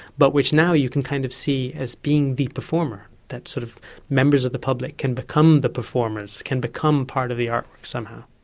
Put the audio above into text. but which now you can kind of see as being the performer, that sort of members of the public can become the performers, can become part of the artwork somehow.